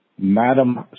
Madam